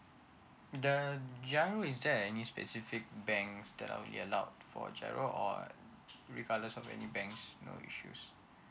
the giro is there any specific banks that I will only be allowed for giro or regardless of any banks no issues